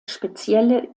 spezielle